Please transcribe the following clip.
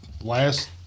last